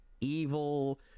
evil